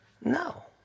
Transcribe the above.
No